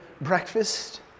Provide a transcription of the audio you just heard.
breakfast